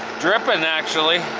drippin', actually.